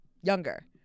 Younger